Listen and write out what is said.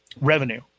revenue